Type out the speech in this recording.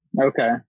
okay